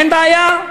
במשרד הפנים,